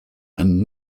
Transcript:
and